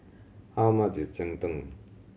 how much is cheng tng